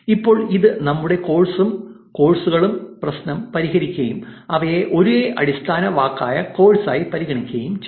ഇപ്പോൾ ഇത് നമ്മുടെ കോഴ്സും കോഴ്സുകളും പ്രശ്നം പരിഹരിക്കുകയും അവയെ ഒരേ അടിസ്ഥാന വാക് ആയ കോഴ്സായി പരിഗണിക്കുകയും ചെയ്യും